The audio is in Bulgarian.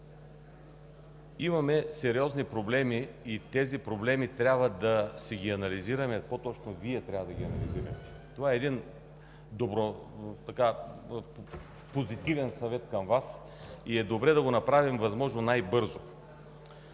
Имаме сериозни проблеми и трябва да ги анализираме, по-точно Вие трябва да ги анализирате – това е позитивен съвет към Вас, и е добре да го направим възможно най-бързо.